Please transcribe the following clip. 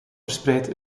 verspreid